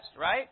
Right